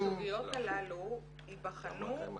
שהסוגיות הללו --- בבקשה